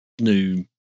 new